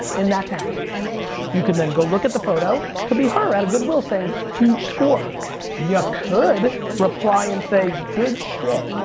in that town you could then go look at the photo, could be her out of good will saying huge score you could reply and say good shit.